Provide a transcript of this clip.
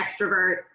extrovert